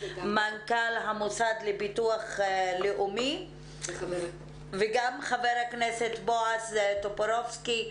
מנכ"ל המוסד לביטוח לאומי וגם חבר הכנסת בועז טופורובסקי.